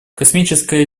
космическая